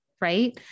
Right